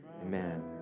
amen